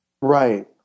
Right